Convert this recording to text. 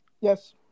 Yes